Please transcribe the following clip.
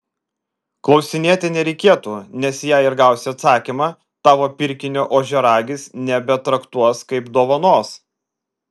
klausinėti nereikėtų nes jei ir gausi atsakymą tavo pirkinio ožiaragis nebetraktuos kaip dovanos